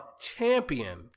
Champion